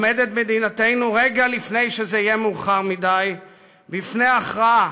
עומדת מדינתנו רגע לפני שזה יהיה מאוחר מדי בפני הכרעה